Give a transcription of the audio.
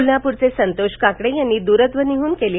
कोल्हापूरचे संतोष काकडे यांनी दूरध्वनीवरून केलेल्या